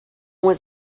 was